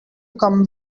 come